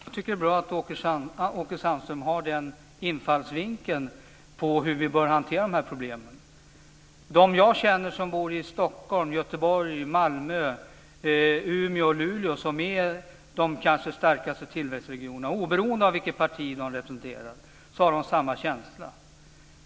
Herr talman! Jag tycker att det är bra att Åke Sandström har den här infallsvinkeln när det gäller hur vi bör hantera de här problemen. De som jag känner som bor i Stockholm, Göteborg, Malmö, Umeå och Luleå, som kanske är de starkaste tillväxtregionerna, har samma känsla oberoende av vilket parti de representerar.